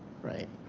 right?